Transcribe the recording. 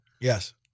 Yes